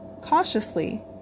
Cautiously